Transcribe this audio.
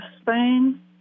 Spain